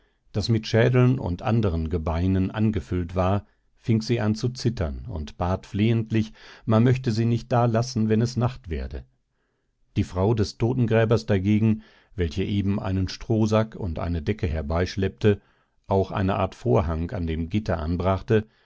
das mit schädeln und andern gebeinen angefüllt war fing sie an zu zittern und bat flehentlich man möchte sie nicht da lassen wenn es nacht werde die frau des totengräbers dagegen welche eben einen strohsack und eine decke herbeischleppte auch eine art vorhang an dem gitter anbrachte